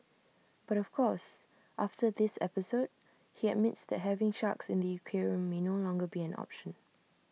but of course after this episode he admits that having sharks in the aquarium may no longer be an option